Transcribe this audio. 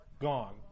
gone